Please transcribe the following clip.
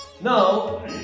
Now